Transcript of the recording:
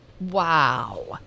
Wow